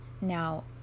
Now